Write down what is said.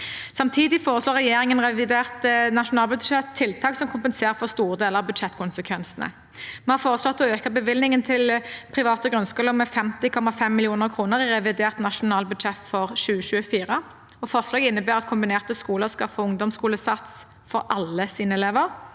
Samtidig foreslår regjeringen i revidert nasjonalbudsjett tiltak som kompenserer for store deler av budsjettkonsekvensene. Vi har foreslått å øke bevilgningen til private grunnskoler med 50,5 mill. kr i revidert nasjonalbudsjett for 2024. Forslaget innebærer at kombinerte skoler skal få ungdomsskolesats for alle sine elever,